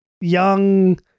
young